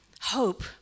hope